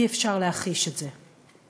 אי-אפשר להכחיש את זה.